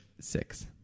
six